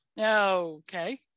okay